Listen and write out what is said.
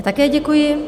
Také děkuji.